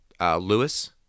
Lewis